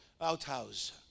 outhouse